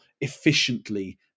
efficiently